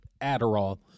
Adderall